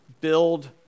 Build